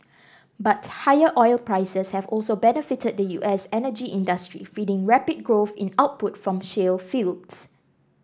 but higher oil prices have also benefited the U S energy industry feeding rapid growth in output from shale fields